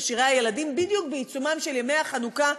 שירי הילדים בדיוק בעיצומם של ימי החנוכה,